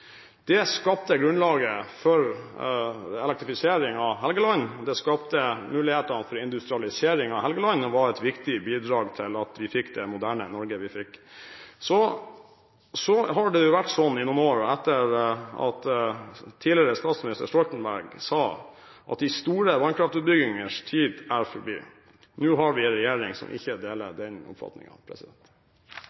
Det skapte grunnlaget for elektrifisering av Helgeland, det skapte muligheter for industrialisering av Helgeland, og det var et viktig bidrag til at vi fikk det moderne Norge vi fikk. Tidligere statsminister Stoltenberg sa at de store vannkraftutbyggingenes tid er forbi. Nå har vi en regjering som ikke deler